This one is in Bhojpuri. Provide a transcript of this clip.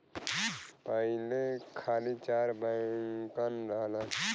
पहिले खाली चार बैंकन रहलन